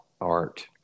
art